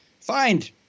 find